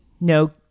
no